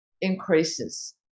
increases